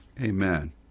Amen